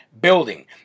building